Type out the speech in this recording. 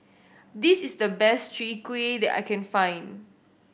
this is the best Chwee Kueh that I can find